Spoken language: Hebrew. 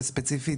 וספציפית,